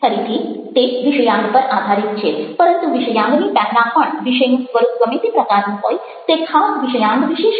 ફરીથી તે વિષયાંગ પર આધારિત છે પરંતુ વિષયાંગની પહેલાં પણ વિષયનું સ્વરૂપ ગમે તે પ્રકારનું હોય તે ખાસ વિષયાંગ વિશે શું